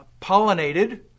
pollinated